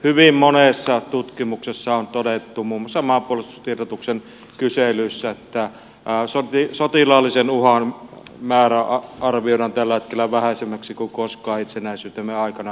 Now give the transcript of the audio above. hyvin monessa tutkimuksessa on todettu muun muassa maanpuolustustiedotuksen kyselyissä että sotilaallisen uhan määrä arvioidaan tällä hetkellä vähäisemmäksi kuin koskaan itsenäisyytemme aikana